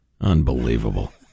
unbelievable